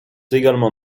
également